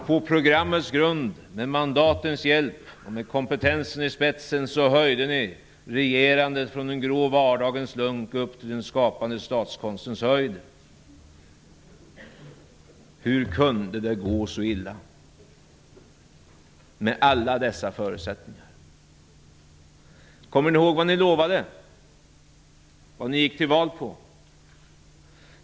På programmets grund, med mandatens hjälp och med kompetensen i spetsen, lyfte ni upp regerandet från den grå vardagens lunk till den skapande statskonstens höjd. Hur kunde det gå så illa, med alla dessa förutsättningar? Kommer ni ihåg vad ni lovade, vad ni gick till val på?